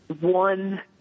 one